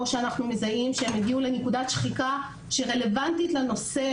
שאנחנו מזהים שהם הגיעו לנקודת שחיקה שהיא רלוונטית לנושא